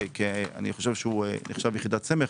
אני חושב שהוא נחשב יחידת סמך.